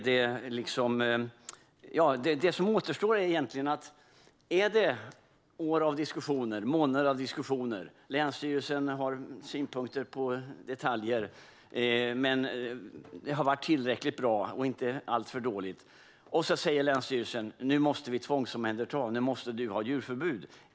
Det som återstår är fall som detta: Det har varit månader eller år av diskussioner och länsstyrelsen har kanske åsikter om detaljer, men det har ändå varit tillräckligt bra och inte alltför dåligt, och så säger länsstyrelsen att djuren måste tvångsomhändertas och djurägaren ges djurförbud.